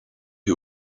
who